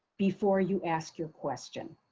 before you ask your question.